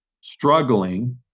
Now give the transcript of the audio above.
struggling